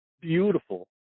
beautiful